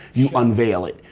you unveil it,